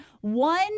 One